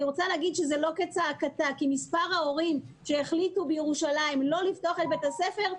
זה לא כצעקתה כי את מספר ההורים שהחליטו בירושלים לא לפתוח את בית הספר,